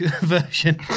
version